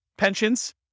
Pensions